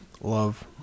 love